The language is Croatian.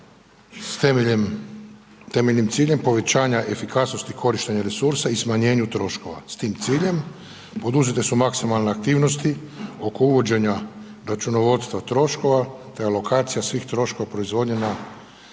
temeljem, ciljem povećanja efikasnosti korištenja resursa i smanjenjem troškova, s tim ciljem poduzete su maksimalne aktivnosti oko uvođenja računovodstva troškova, te alokacija svih troškova proizvodnje na